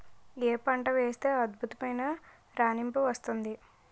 ఏ పంట వేస్తే అద్భుతమైన రాణింపు వస్తుంది?